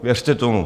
Věřte tomu.